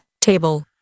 table